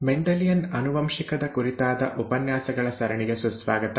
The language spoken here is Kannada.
ಮೆಂಡೆಲಿಯನ್ ಆನುವಂಶಿಕದ ಕುರಿತಾದ ಉಪನ್ಯಾಸಗಳ ಸರಣಿಗೆ ಸುಸ್ವಾಗತ